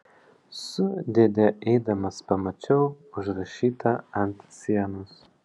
su dėde eidamas pamačiau užrašytą ant sienos